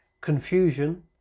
confusion